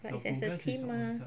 but it's as a team mah